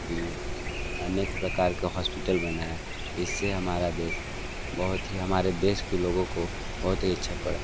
दी अनेक प्रकार के हॉस्पिटल बनाए जिससे हमारा देश बहुत ही हमारे देश के लोगों को बहुत ही अच्छा पड़ा